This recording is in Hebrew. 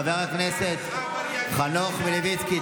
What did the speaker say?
חבר הכנסת חנוך מלביצקי,